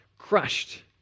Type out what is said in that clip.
crushed